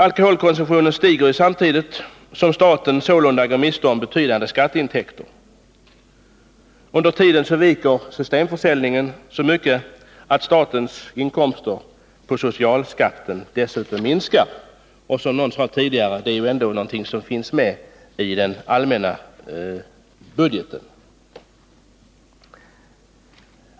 Alkoholkonsumtionen stiger, samtidigt som staten sålunda går miste om betydande skatteintäkter. Under tiden viker systemförsäljningen så mycket att statens inkomster på skatten dessutom minskar och som någon sade tidigare: Detta är ju ändå någonting som finns med i den allmänna budgeten.